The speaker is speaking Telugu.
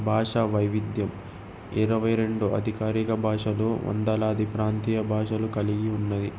భాషా వైవిధ్యం ఇరవై రెండు అధికారిక భాషలు వందలాది ప్రాంతీయ భాషలు కలిగి ఉన్నవి